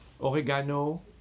oregano